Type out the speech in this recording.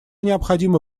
необходимы